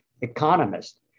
economist